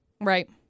Right